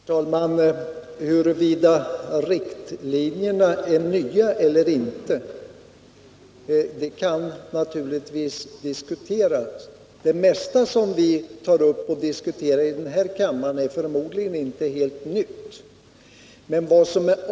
Herr talman! Huruvida riktlinjerna är nya eller inte kan naturligtvis diskuteras. Det mesta av det som vi tar upp och diskuterar i den här kammaren är förmodligen inte helt nytt.